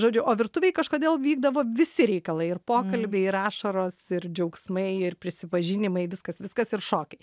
žodžiu o virtuvėj kažkodėl vykdavo visi reikalai ir pokalbiai ir ašaros ir džiaugsmai ir prisipažinimai viskas viskas ir šokiai